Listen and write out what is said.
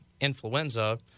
influenza